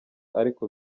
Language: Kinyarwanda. ariko